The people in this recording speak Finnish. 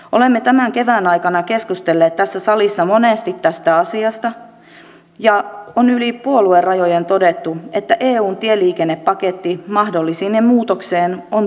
olemme tämän kevään aikana keskustelleet tässä salissa monesti tästä asiasta ja on yli puoluerajojen todettu että eun tieliikennepaketti mahdollisine muutoksineen on tulossa